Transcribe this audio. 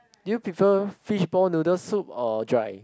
do you prefer fishball noodle soup or dried